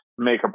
MakerBot